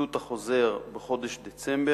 קיבלו את החוזר בחודש דצמבר,